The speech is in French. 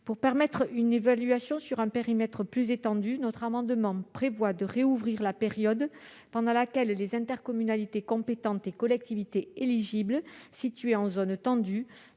de permettre une évaluation sur un périmètre plus étendu, notre amendement tend à rouvrir la période pendant laquelle les intercommunalités compétentes et collectivités éligibles, situées en zone tendue,